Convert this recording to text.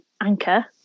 anchor